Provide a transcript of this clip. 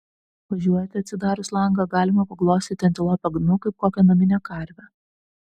važiuojate atsidarius langą galima paglostyti antilopę gnu kaip kokią naminę karvę